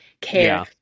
care